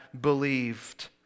believed